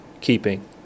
Keeping